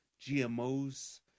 GMOs